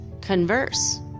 converse